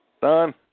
Son